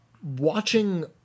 watching